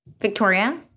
Victoria